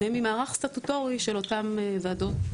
וממערך סטטוטורי של אותם ועדות,